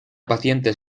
pacientes